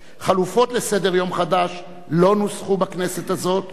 חלופות לסדר-יום חדש לא נוסחו בכנסת הזאת,